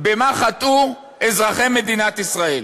במה חטאו אזרחי מדינת ישראל?